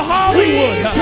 Hollywood